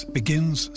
begins